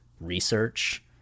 research